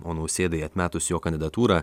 o nausėdai atmetus jo kandidatūrą